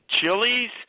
chilies